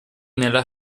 nella